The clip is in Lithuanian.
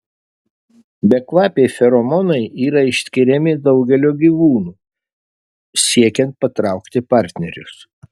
bekvapiai feromonai yra išskiriami daugelio gyvūnų siekiant patraukti partnerius